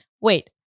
Wait